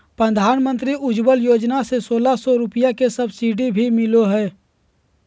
प्रधानमंत्री उज्ज्वला योजना से सोलह सौ रुपया के सब्सिडी भी मिलो हय